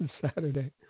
Saturday